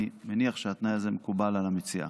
אני מניח שהתנאי זה מקובל על המציעה.